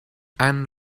and